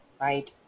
right